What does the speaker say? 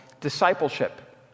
discipleship